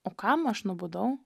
o kam aš nubudau